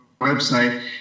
website